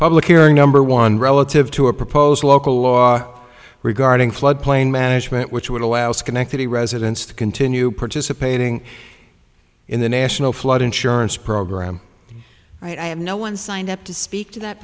public hearing number one relative to a proposed local law regarding floodplain management which would allow schenectady residents to continue participating in the national flood insurance program right i have no one signed up to speak to that